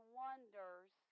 wonders